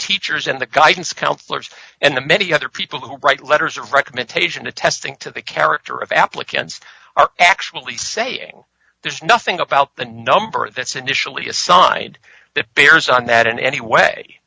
teachers and the guidance counselors and the many other people who write letters of recommendation to testing to the character of applicants are actually saying there's nothing about the number that's initially assigned that bears on that in any way